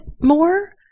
more